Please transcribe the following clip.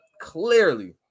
clearly